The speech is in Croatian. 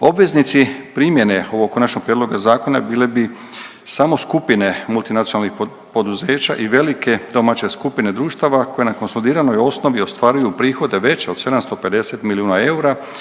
Obveznici primjene ovog Konačnog prijedloga zakona bile bi samo skupine multinacionalnih poduzeća i velike domaće skupine društava koje na konsolidiranoj osnovi ostvaruju prihode veće od 750 milijuna eura